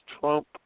Trump